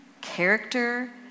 character